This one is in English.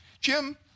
Jim